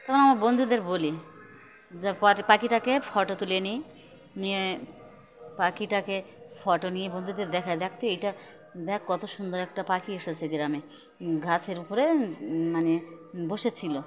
তখন আমার বন্ধুদের বলি যে পাখিটাকে ফটো তুলে নিই নিয়ে পাখিটাকে ফটো নিয়ে বন্ধুদের দেখায় দেখতে এটা দেখ কত সুন্দর একটা পাখি এসেছে গ্রামে গাছের উপরে মানে বসে ছিল